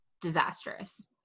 disastrous